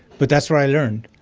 but that's where i learned.